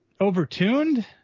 overtuned